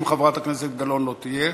אם חברת הכנסת גלאון לא תהיה,